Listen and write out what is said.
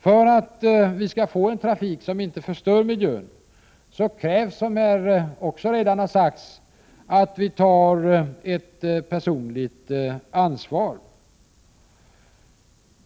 För att vi skall få en trafik som inte förstör miljön krävs, som redan har sagts, att vi tar ett personligt ansvar.